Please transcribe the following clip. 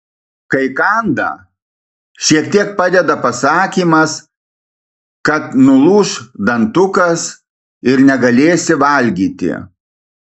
kai kanda šiek tiek padeda pasakymas kad nulūš dantukas ir negalėsi valgyti